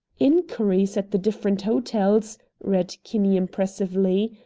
inquiries at the different hotels read kinney impressively,